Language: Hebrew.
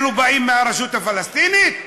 אלו באים מהרשות הפלסטינית?